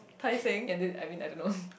ya then I mean I don't know